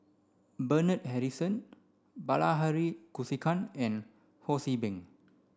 Bernard Harrison Bilahari Kausikan and Ho See Beng